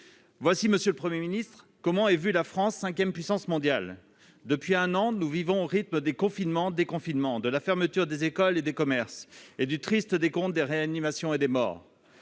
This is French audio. ainsi, monsieur le Premier ministre, qu'est vue la France, cinquième puissance mondiale. Depuis un an, nous vivons au rythme des confinements et des déconfinements, de la fermeture des écoles et des commerces et du triste décompte des entrées en réanimation et des morts.